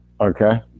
okay